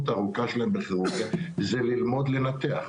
הארוכה שלהם בכירורגיה זה ללמוד לנתח,